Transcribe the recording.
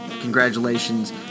congratulations